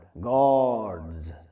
gods